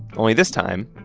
only this time,